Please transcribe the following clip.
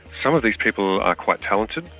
some of these people are quite talented,